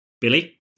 Billy